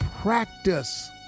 practice